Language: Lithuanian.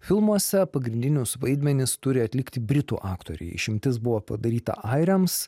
filmuose pagrindinius vaidmenis turi atlikti britų aktoriai išimtis buvo padaryta airiams